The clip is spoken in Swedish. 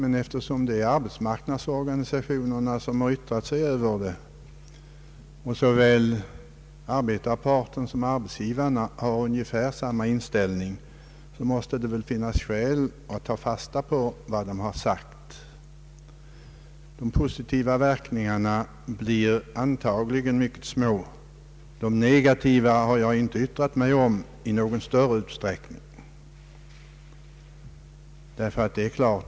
Men eftersom det är arbetsmarknadsorganisationerna som har yttrat sig i denna fråga, och då såväl arbetarparten som arbetsgivarna har ungefär samma inställning, så måste det väl finnas skäl att ta fasta på vad de har sagt. De positiva verkningarna blir antagligen mycket ringa; de negativa har jag inte yttrat mig om i någon större utsträckning.